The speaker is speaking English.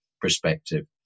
perspective